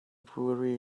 brewery